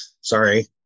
sorry